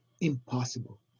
impossible